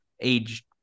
age